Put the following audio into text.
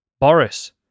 Boris